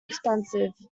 expensive